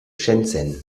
shenzhen